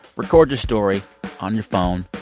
record your story on your phone.